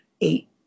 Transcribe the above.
eight